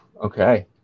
Okay